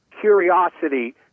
curiosity